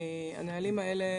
הנהלים האלה,